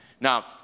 Now